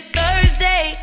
Thursday